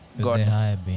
God